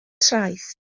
traeth